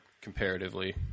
comparatively